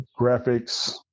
graphics